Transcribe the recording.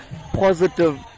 positive